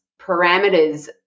parameters